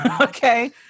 okay